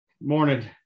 morning